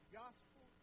gospel